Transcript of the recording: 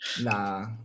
Nah